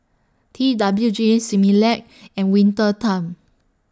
T W G Similac and Winter Time